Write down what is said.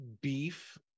beef